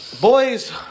Boys